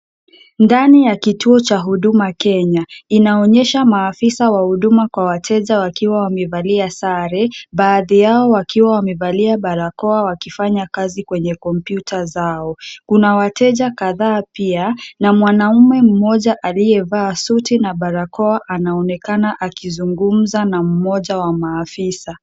Ndani ya kituo cha Huduma Kenya, inaonyesha maafisa wa huduma kwa wateja wakiwa wamevalia sare, baadhi yao wakiwa wamevalia barakoa wakifanya kazi kwenye kompyuta zao. Kuna wateja kadhaa pia na mwanaume mmoja aliyevaa suti na barakoa anaonekana akizungumza na mmoja wa maafisa.